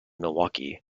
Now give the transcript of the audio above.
milwaukee